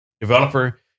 Developer